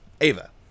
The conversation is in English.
Ava